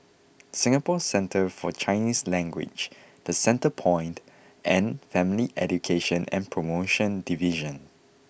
Singapore Centre For Chinese Language The Centrepoint and Family Education and Promotion Division